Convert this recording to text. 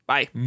Bye